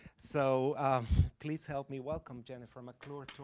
so please help me welcome jennifer mcclure to